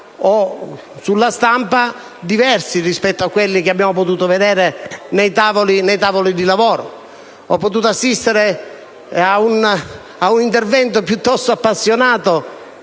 o sulla stampa diversi da quelli che abbiamo potuto constatare nei tavoli di lavoro. Ho potuto assistere a un intervento piuttosto appassionato,